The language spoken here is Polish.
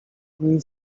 dni